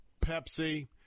Pepsi